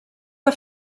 que